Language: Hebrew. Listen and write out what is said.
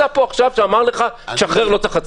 מי נמצא פה עכשיו ואמר לך: תשחרר, לא צריך הצבעה.